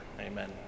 Amen